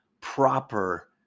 proper